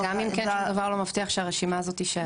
וגם אם כן, שום דבר לא מבטיח שהרשימה הזאת תישאר.